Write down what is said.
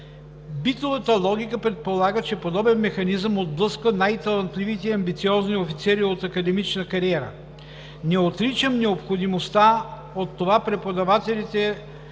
Битовата логика предполага, че подобен механизъм отблъсква най-талантливите и амбициозни офицери от академична кариера. Не отричам необходимостта от това преподавателите